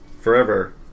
forever